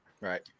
Right